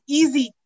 easy